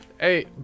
hey